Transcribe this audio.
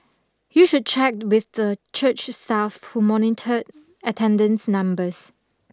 you should check with the church staff who monitored attendance numbers